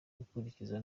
gukurikiza